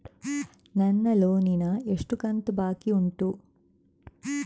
ನನ್ನ ಲೋನಿನ ಎಷ್ಟು ಕಂತು ಬಾಕಿ ಉಂಟು?